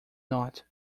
not